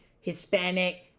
Hispanic